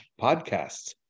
podcasts